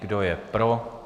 Kdo je pro?